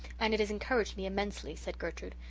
and it has encouraged me immensely, said gertrude.